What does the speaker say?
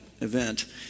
event